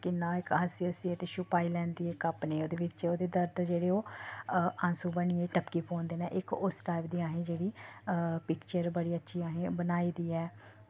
कि'यां इक हस्सी हस्सियै ते छपाई लैंदी ऐ इक अपने ओह्दे बिच्च ओह्दे दर्द जेह्ड़े ओह् आंसू बनियै टपकी पौंदे न इक उस टाईप दी असें जेह्ड़ी पिक्चर बड़ी अच्छी असें बनाई दी ऐ